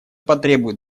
потребует